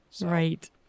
Right